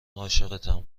عاشقتم